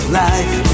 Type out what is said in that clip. life